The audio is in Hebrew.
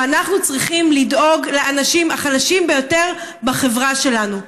אבל אנחנו צריכים לדאוג לאנשים החלשים ביותר בחברה שלנו.